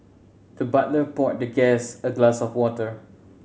the butler poured the guest a glass of water